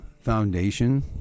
foundation